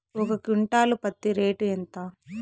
ఒక క్వింటాలు పత్తి రేటు ఎంత?